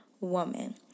woman